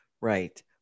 Right